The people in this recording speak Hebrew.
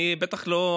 אני בטח לא,